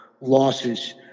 losses